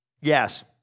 Yes